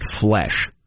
flesh